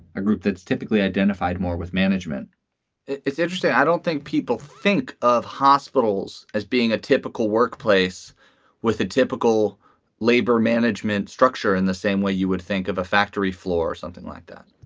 a group that's typically identified more with management it's interesting. i don't think people think of hospitals as being a typical workplace with a typical labor management structure in the same way you would think of a factory floor or something like that